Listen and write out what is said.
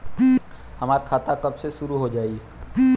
हमार खाता कब से शूरू हो जाई?